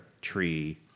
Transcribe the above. tree